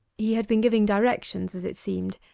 he had been giving directions as it seemed,